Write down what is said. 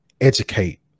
educate